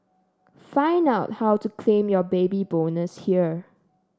find out how to claim your Baby Bonus here